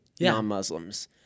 non-Muslims